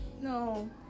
No